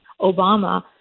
Obama